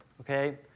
okay